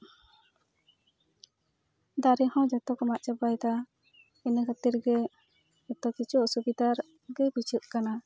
ᱫᱟᱨᱮ ᱦᱚᱸ ᱡᱚᱛᱚ ᱠᱚ ᱢᱟᱜ ᱪᱟᱵᱟᱭᱫᱟ ᱤᱱᱟᱹ ᱠᱷᱟᱹᱛᱤᱨ ᱜᱮ ᱡᱚᱛᱚ ᱠᱤᱪᱷᱩ ᱚᱥᱩᱵᱤᱫᱷᱟ ᱜᱮ ᱵᱩᱡᱷᱟᱹᱜ ᱠᱟᱱᱟ